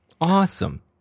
awesome